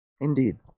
Indeed